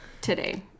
today